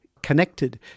connected